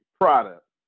product